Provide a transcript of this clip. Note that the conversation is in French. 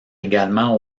également